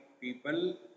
people